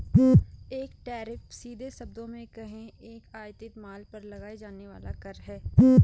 एक टैरिफ, सीधे शब्दों में कहें, एक आयातित माल पर लगाया जाने वाला कर है